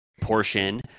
portion